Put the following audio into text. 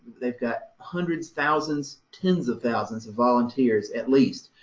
they've got hundreds, thousands, tens of thousands of volunteers, at least,